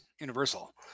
universal